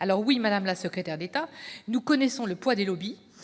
Alors oui, madame la secrétaire d'État, nous connaissons le poids des lobbies.